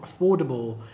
affordable